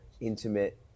intimate